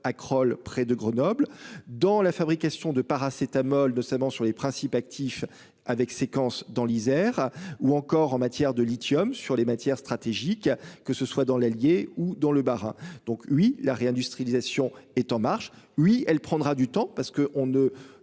près de Grenoble, dans la fabrication de paracétamol de sur les principes actifs avec séquences dans l'Isère ou encore en matière de lithium sur les matières stratégiques, que ce soit dans l'Allier ou dans le Bas-Rhin. Donc oui, la réindustrialisation est en marche. Oui, elle prendra du temps parce que on ne.